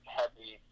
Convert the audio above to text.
heavy